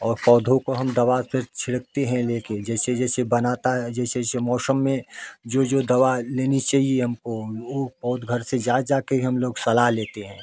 और पौधों को हम दवा पे छिड़कते हैं लेकिन जैसे जैसे बनाता है जैसे जैसे मौसम में जो जो दवा लेनी चाहिए हम वो पौध घर से जा जा के हम लोग सलाह लेते हैं